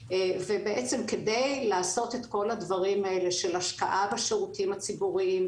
וכדי לעשות את כל הדברים האלה של השקעה בשירותים הציבוריים,